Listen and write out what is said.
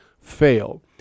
fail